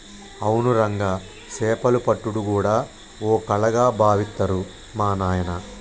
అవును రంగా సేపలు పట్టుడు గూడా ఓ కళగా బావిత్తరు మా నాయిన